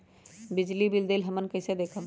बिजली बिल देल हमन कईसे देखब?